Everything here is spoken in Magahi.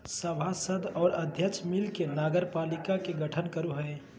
सभासद और अध्यक्ष मिल के नगरपालिका के गठन करो हइ